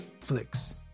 flicks